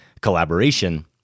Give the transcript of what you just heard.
collaboration